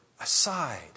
aside